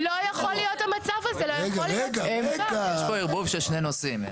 יש פה ערבוב של שני נושאים.